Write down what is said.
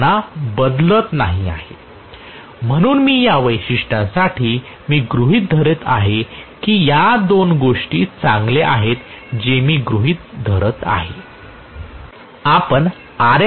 मी त्यांना बदलत नाही आहे म्हणून मी या वैशिष्ट्यांसाठी मी गृहित धरत आहे या दोन गोष्टी चांगल्या आहेत जे मी गृहित धरत आहे